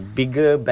bigger